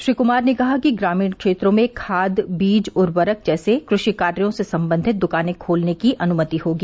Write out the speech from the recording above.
श्री क्मार ने कहा कि ग्रामीण क्षेत्रों में खाद बीज उर्वरक जैसे कृषि कार्यों से संबंधित द्कानें खोलने की अनुमति होगी